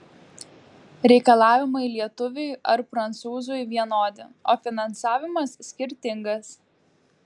reikalavimai lietuviui ar prancūzui vienodi o finansavimas skirtingas